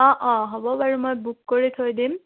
অঁ অঁ হ'ব বাৰু মই বুক কৰি থৈ দিম